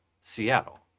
seattle